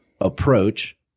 approach